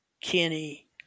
Kenny